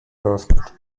geöffnet